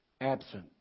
absent